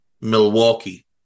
Milwaukee